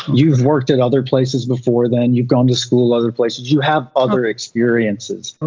you've worked at other places before then, you've gone to school other places, you have other experiences.